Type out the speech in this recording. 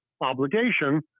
obligation